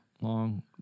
long